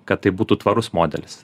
kad tai būtų tvarus modelis